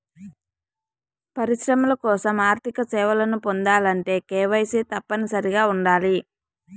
పరిశ్రమల కోసం ఆర్థిక సేవలను పొందాలంటే కేవైసీ తప్పనిసరిగా ఉండాలి